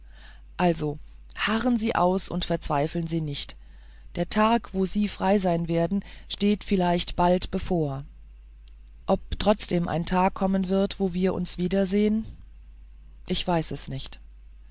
also harren sie aus und verzweifeln sie nicht der tag wo sie frei sein werden steht vielleicht bald bevor ob trotzdem ein tag kommen wird wo wir uns wiedersehen ich weiß es nicht